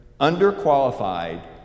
underqualified